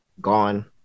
gone